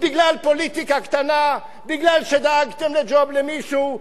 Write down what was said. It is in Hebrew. בגלל פוליטיקה קטנה, מכיוון שדאגתם לג'וב למישהו?